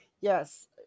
yes